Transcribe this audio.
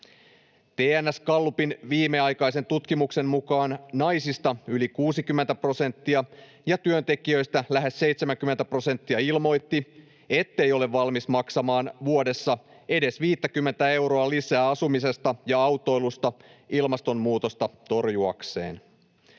TNS Gallupin viimeaikaisen tutkimuksen mukaan naisista yli 60 prosenttia ja työntekijöistä lähes 70 prosenttia ilmoitti, ettei ole valmis maksamaan vuodessa edes 50:tä euroa lisää asumisesta ja autoilusta ilmastonmuutosta torjuakseen.